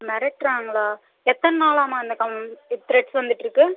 மிரட்றாங்களா எத்தனை நாளாக இந்த கம் த்ரெட்ஸ் வந்துட்டிருக்கு